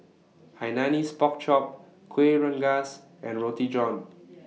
Hainanese Pork Chop Kuih Rengas and Roti John